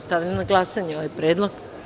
Stavljam na glasanje ovaj predlog.